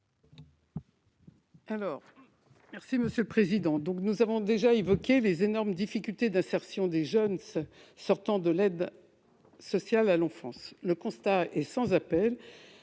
l'amendement n° 146. Nous avons déjà évoqué les énormes difficultés d'insertion des jeunes qui sortent de l'aide sociale à l'enfance. Le constat est sans appel